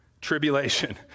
Tribulation